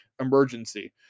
emergency